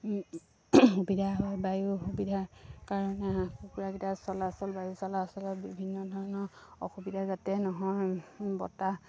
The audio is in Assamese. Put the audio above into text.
সুবিধা হয় বায়ু সুবিধাৰ কাৰণে হাঁহ কুকুৰাকেইটা চলাচল বায়ু চলাচলত বিভিন্ন ধৰণৰ অসুবিধা যাতে নহয় বতাহ